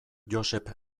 josep